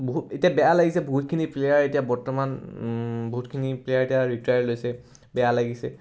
বহুত এতিয়া বেয়া লাগিছে বহুতখিনি প্লেয়াৰ এতিয়া বৰ্তমান বহুতখিনি প্লেয়াৰ এতিয়া ৰিটায়াৰ লৈছে বেয়া লাগিছে